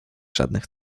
żadnych